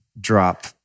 drop